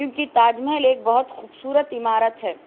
کیونکہ تاج محل ایک بہت خوبصورت عمارت ہے